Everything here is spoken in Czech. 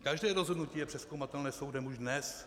Každé rozhodnutí je přezkoumatelné soudem už dnes.